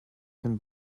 can